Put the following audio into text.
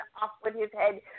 off-with-his-head